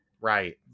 Right